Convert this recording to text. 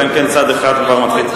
אלא אם כן צד אחד כבר מתחיל,